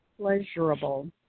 pleasurable